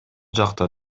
жакта